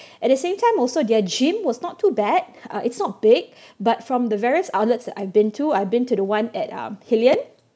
at the same time also their gym was not too bad uh it's not big but from the various outlets that I've been to I've been to the one at um hillion